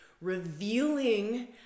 revealing